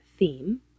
theme